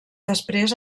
després